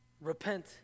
Repent